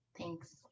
Thanks